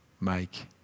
make